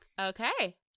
Okay